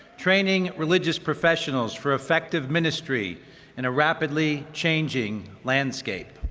training religious professionals for effective ministry in a rapidly changing landscape.